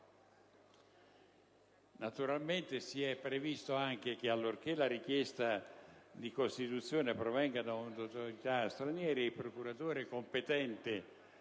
Naturalmente, si è previsto anche che, allorché la richiesta di costituzione provenga da un'autorità straniera, il procuratore competente